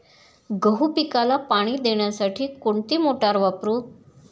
गहू पिकाला पाणी देण्यासाठी कोणती मोटार वापरू?